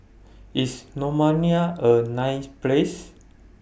IS Romania A nice Place